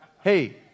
Hey